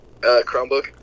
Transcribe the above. Chromebook